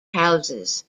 houses